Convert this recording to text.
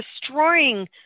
destroying